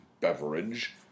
beverage